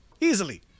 Easily